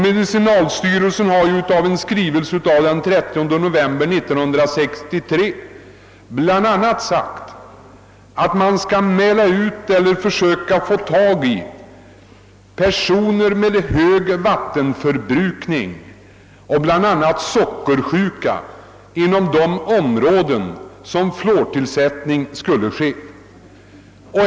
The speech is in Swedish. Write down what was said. Medicinalstyrelsen har i en skrivelse den 30 november 1963 bl.a. sagt att man skall försöka få tag i personer med hög vattenförbrukning eller sockersjuka personer inom de områden, där fluortillsättning skall ske.